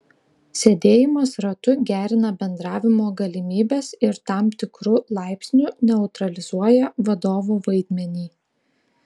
sėdėjimas ratu gerina bendravimo galimybes ir tam tikru laipsniu neutralizuoja vadovo vaidmenį